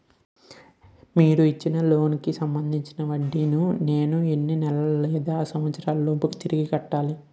మీరు ఇచ్చిన లోన్ కి సంబందించిన వడ్డీని నేను ఎన్ని నెలలు లేదా సంవత్సరాలలోపు తిరిగి కట్టాలి?